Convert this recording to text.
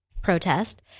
protest